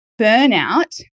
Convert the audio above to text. burnout